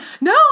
No